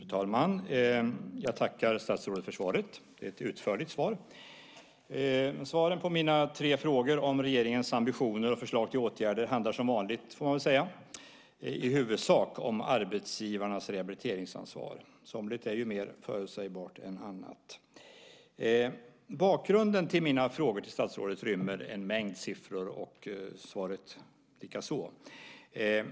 Fru talman! Jag tackar statsrådet för svaret. Det är ett utförligt svar. Svaren på mina tre frågor om regeringens ambitioner och förslag till åtgärder handlar som vanligt, får man väl säga, i huvudsak om arbetsgivarnas rehabiliteringsansvar. Somligt är ju mer förutsägbart än annat. Bakgrunden till mina frågor till statsrådet rymmer en mängd siffror, och svaret likaså.